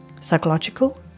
psychological